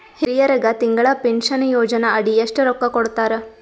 ಹಿರಿಯರಗ ತಿಂಗಳ ಪೀನಷನಯೋಜನ ಅಡಿ ಎಷ್ಟ ರೊಕ್ಕ ಕೊಡತಾರ?